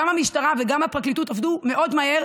גם המשטרה וגם הפרקליטות עבדו מאוד מהר